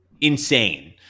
insane